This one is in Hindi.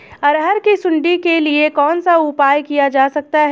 अरहर की सुंडी के लिए कौन सा उपाय किया जा सकता है?